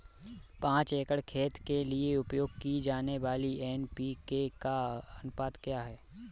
पाँच एकड़ खेत के लिए उपयोग की जाने वाली एन.पी.के का अनुपात क्या है?